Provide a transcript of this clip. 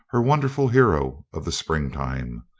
her wonder ful hero of the springtime.